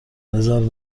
بزار